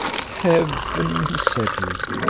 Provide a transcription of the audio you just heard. heaven! said he,